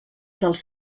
dels